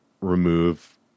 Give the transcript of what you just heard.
remove